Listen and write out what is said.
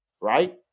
Right